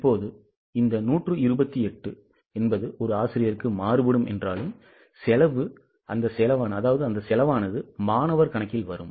இப்போது இந்த 128 ஒரு ஆசிரியருக்கு மாறுபடும் என்றாலும் செலவு மாணவர் கணக்கில் வரும்